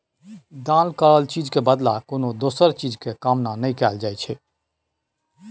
दान करल चीज के बदला कोनो दोसर चीज के कामना नइ करल जाइ छइ